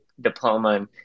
diploma